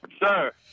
Sir